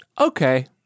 okay